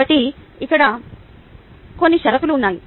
కాబట్టి ఇక్కడ కొన్ని షరతులు ఉన్నాయి